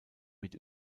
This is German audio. mit